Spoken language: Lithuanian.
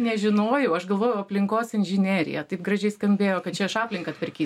nežinojau aš galvojau aplinkos inžinerija taip gražiai skambėjo kad čia aš aplinką tvarky